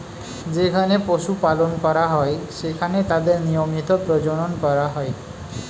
যেখানে পশু পালন করা হয়, সেখানে তাদের নিয়মিত প্রজনন করা হয়